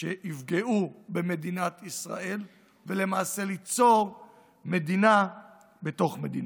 שיפגעו במדינת ישראל ולמעשה ליצור מדינה בתוך מדינה.